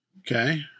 Okay